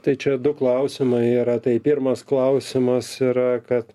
tai čia du klausimai yra tai pirmas klausimas yra kad